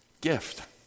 gift